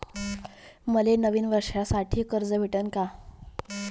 मले नवीन वर्षासाठी कर्ज भेटन का?